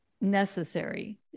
necessary